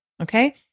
Okay